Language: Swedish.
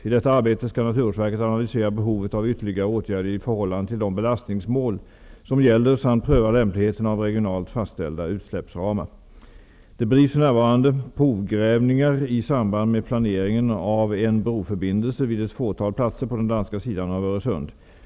I detta arbete skall naturvårdsverket analysera behovet av ytterligare åtgärder i förhållande till de belastningsmål som gäller samt pröva lämpligheten av regionalt fastställda utsläppsramar. Det bedrivs för närvarande i samband med planeringen av en broförbindelse provgrävningar vid ett fåtal platser på den danska sidan av Öresund.